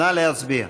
נא להצביע.